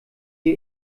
wir